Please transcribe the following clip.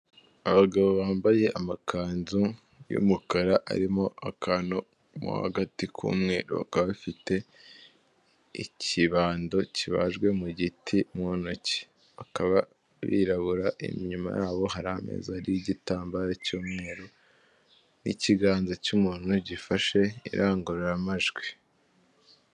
Abagabo bambaye amakanzu y'umukara arimo akantu mo hagati k'umweru, bakaba bafite ikibando kibajwe mu giti mu ntoki, bakaba birabura inyuma yabo hari amezi ariho igitambaro cy'umweru, n'ikiganza cy'umuntu gifashe irangururamajwi.